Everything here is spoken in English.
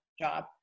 job